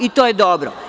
I to je dobro.